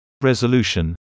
Resolution